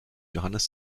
johannes